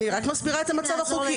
אני רק מסבירה את המצב החוקי.